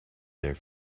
there